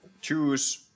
choose